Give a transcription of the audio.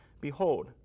behold